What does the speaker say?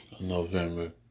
November